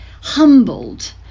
humbled